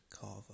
Carver